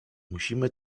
musimy